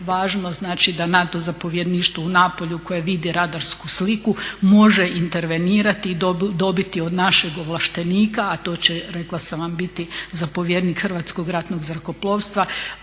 važno da NATO zapovjedništvo u Napulju koje vidi radarsku sliku može intervenirati i dobiti od našeg ovlaštenika, a to će rekla sam vam biti zapovjednik Hrvatskog ratnog zrakoplovstva,